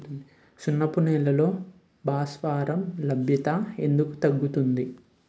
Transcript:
సున్నపు నేలల్లో భాస్వరం లభ్యత ఎందుకు తగ్గుతుంది?